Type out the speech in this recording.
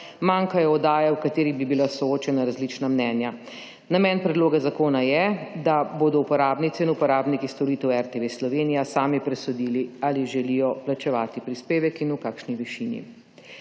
manjkajo oddaje, v katerih bi bila soočena različna mnenja. Namen Predloga zakona je, da bodo uporabnice in uporabniki storitev RTV Slovenija sami presodili, ali želijo plačevati prispevek in v kakšni višini.